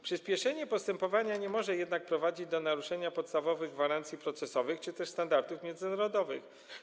Przyspieszenie postępowania nie może jednak prowadzić do naruszenia podstawowych gwarancji procesowych czy też standardów międzynarodowych.